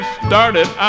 started